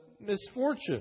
Misfortune